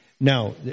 Now